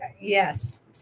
Yes